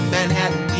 Manhattan